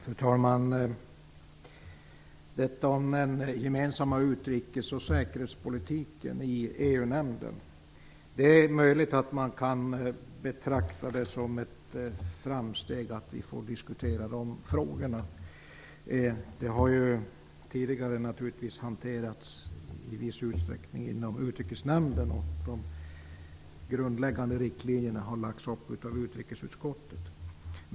Fru talman! Det är möjligt att man kan betrakta det som ett framsteg att vi får diskutera frågor som rör den gemensamma utrikes och säkerhetspolitiken i EU-nämnden. Detta har ju tidigare i viss utsträckning hanterats inom Utrikesnämnden, och de grundläggande riktlinjerna har lagts fast av utrikesutskottet.